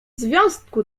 związku